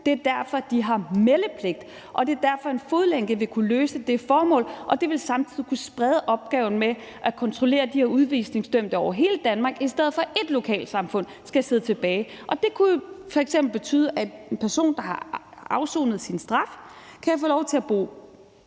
Det er derfor, de har meldepligt, og det er derfor, en fodlænke ville kunne løse det formål. Det ville samtidig kunne sprede opgaven med at kontrollere de her udvisningsdømte over hele Danmark, i stedet for at ét lokalsamfund skal sidde tilbage med det. Det kunne f.eks. betyde, at en person, der har afsonet sin straf, kan få lov til at bo